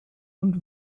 und